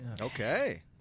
Okay